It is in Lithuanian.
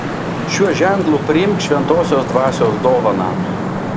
šiuo ženklu priimk šventosios dvasios dovaną